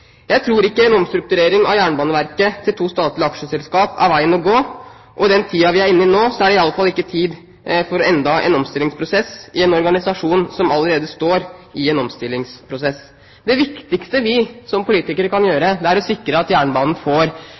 Jeg tror ikke en omstrukturering av Jernbaneverket til to statlige aksjeselskap er veien å gå, og den tiden vi er inne i nå, er i alle fall ikke tiden for enda en omstillingsprosess i en organisasjon som allerede står i en omstillingsprosess. Det viktigste vi som politikere kan gjøre, er å sikre at jernbanen får